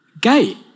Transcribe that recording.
gay